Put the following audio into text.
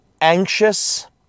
anxious